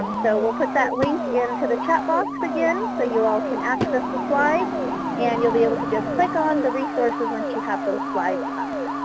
um so we'll put that link into the chat box again so you can access the slide and you'll be able to just click on the resources once you have those slides up.